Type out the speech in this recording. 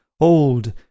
old